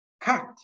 cut